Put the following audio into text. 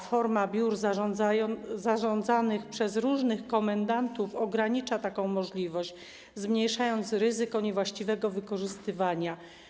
Forma biur zarządzanych przez różnych komendantów ogranicza taką możliwość, zmniejszając ryzyko niewłaściwego wykorzystywania.